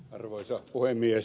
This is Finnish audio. arvoisa puhemies